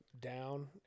down